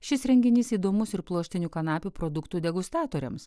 šis renginys įdomus ir pluoštinių kanapių produktų degustatoriams